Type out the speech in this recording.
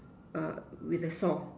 err with a song